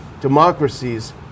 democracies